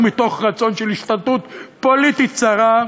ומתוך רצון של השתלטות פוליטית צרה,